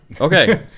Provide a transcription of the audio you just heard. okay